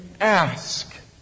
ask